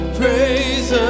praise